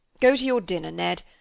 go to your dinner, ned.